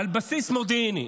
על בסיס מודיעיני.